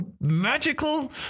magical